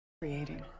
Creating